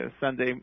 Sunday